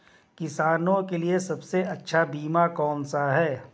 किसानों के लिए सबसे अच्छा बीमा कौन सा है?